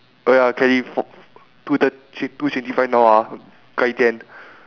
oh ya kelly two thir~ six two sixty five now ah 快点：kuai dian